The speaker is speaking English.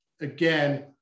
again